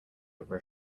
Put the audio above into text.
over